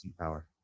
power